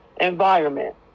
environment